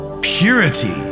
Purity